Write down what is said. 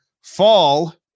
fall